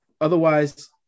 otherwise